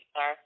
Sir